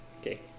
okay